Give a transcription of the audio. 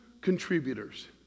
contributors